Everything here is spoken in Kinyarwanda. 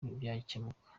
byakemuka